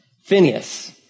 Phineas